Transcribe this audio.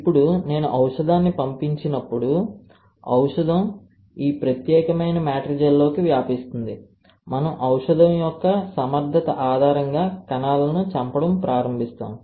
ఇప్పుడు నేను ఔషధాన్ని పంపించినప్పుడు ఔషధం ఈ ప్రత్యేకమైన మాట్రిజెల్లోకి వ్యాపిస్తుంది మనము ఔషధం యొక్క సమర్థత ఆధారంగా కణాలను చంపడం ప్రారంభిస్తాము